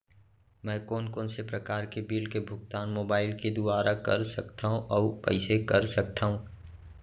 मैं कोन कोन से प्रकार के बिल के भुगतान मोबाईल के दुवारा कर सकथव अऊ कइसे कर सकथव?